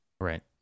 Right